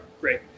great